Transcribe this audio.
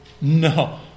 No